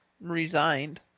resigned